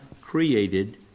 created